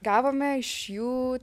gavome iš jų